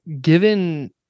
given